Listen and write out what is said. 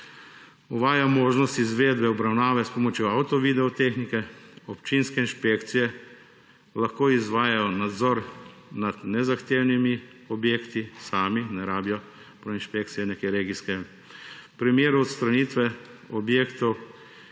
Uvaja možnost izvedbe obravnave s pomočjo avdio-video tehnike, občinske inšpekcije lahko izvajajo nadzor nad nezahtevnimi objekti same, ne rabijo neke regijske inšpekcije. V primeru odstranitve objektov,